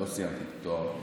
לא סיימתי את התואר.